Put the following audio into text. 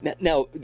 Now